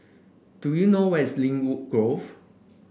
do you know where is Lynwood Grove